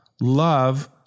Love